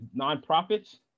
nonprofits